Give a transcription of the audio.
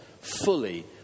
fully